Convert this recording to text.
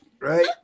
right